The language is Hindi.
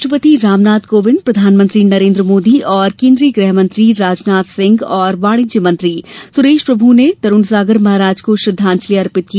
राष्ट्रपति रामनाथ कोविंद प्रधानमंत्री नरेन्द्र मोदी और केन्द्रीय गृहमंत्री राजनाथ सिंह और वाणिज्य मंत्री सुरेश प्रभू ने तरुण सागर महाराज को श्रद्वांजलि अर्पित की